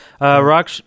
Rock